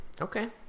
Okay